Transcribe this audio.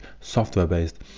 software-based